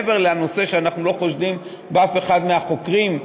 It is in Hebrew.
מעבר לנושא שאנחנו לא חושדים באף אחד מהחוקרים,